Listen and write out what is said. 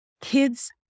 kids